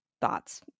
thoughts